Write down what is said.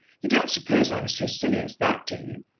you don't suppose i was so silly as that, do you?